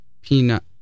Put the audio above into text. peanut